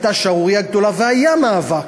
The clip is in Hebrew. הייתה שערורייה גדולה והיה מאבק,